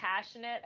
passionate